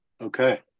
Okay